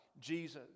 Jesus